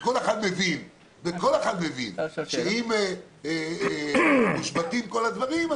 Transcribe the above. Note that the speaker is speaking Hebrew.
כל אחד מבין שאם מושבתים כל הדברים,